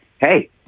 hey